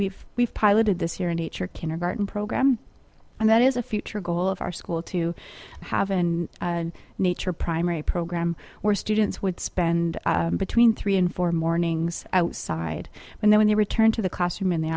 we've piloted this year in nature kindergarten program and that is a future goal of our school to have in nature primary program where students would spend between three and four mornings outside and then they return to the classroom in the